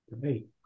Great